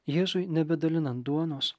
jėzui nebedalinant duonos